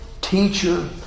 teacher